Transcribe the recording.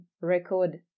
record